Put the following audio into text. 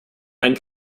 ein